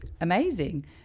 Amazing